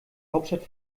hauptstadt